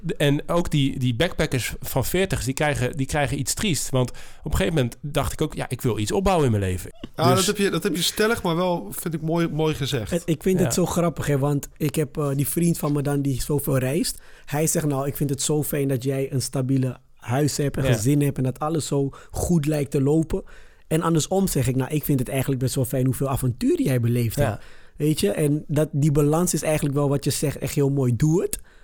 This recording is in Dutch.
En ook die- die backpackers van veertigers, die krijgen- die krijgen iets triest. Want op een gegeven moment dacht ik ook, ja, ik wil iets opbouwen in mijn leven. Ja, Dus- dat heb je- dat heb je stellig, maar wel vind ik mooi- mooi gezegd. En ik vind het Ja. zo grappig, hè, want ik heb, eh, die vriend van me dan die zoveel reist. Hij zegt, nou, ik vind het zo fijn dat jij een stabiele huis hebt en Ja. gezin hebt en dat alles zo goed lijkt te lopen. En andersom zeg ik, nou, ik vind het eigenlijk best wel fijn hoeveel avontuur die jij beleefd hebt. Ja. Weet je? En dat- die balans is eigenlijk wel wat je zegt echt heel mooi. Doe het.